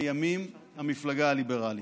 לימים המפלגה הליברלית.